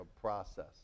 process